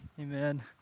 Amen